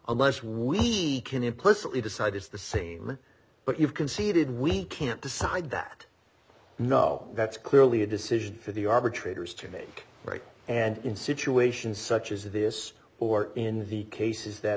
a less we can implicitly decide is the same but you've conceded we can't decide that no that's clearly a decision for the arbitrator's to make right and in situations such as this or in the cases that